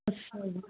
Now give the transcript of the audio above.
ਅੱਛਾ ਜੀ